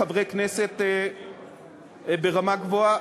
חברי כנסת ברמה גבוהה,